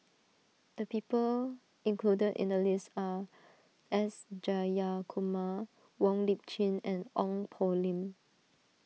the people included in the list are S Jayakumar Wong Lip Chin and Ong Poh Lim